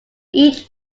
each